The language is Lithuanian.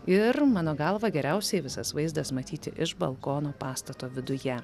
ir mano galva geriausiai visas vaizdas matyti iš balkono pastato viduje